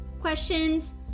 questions